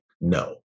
no